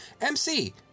MC